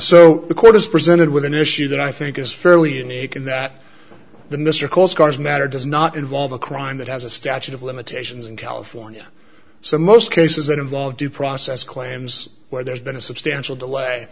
so the court is presented with an issue that i think is fairly unique in that the mr coastguards matter does not involve a crime that has a statute of limitations in california so most cases that involve due process claims where there's been a substantial delay